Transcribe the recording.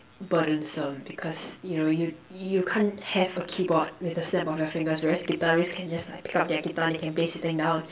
burdensome because you know you you can't have a keyboard with a snap of your fingers whereas guitarists can just like pick up their guitar they can play sitting down